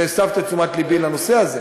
שהסבת את תשומת לבי לנושא הזה.